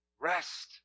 Rest